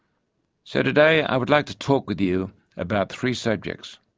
so today i would like to talk with you about three subjects.